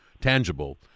tangible